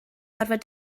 gorfod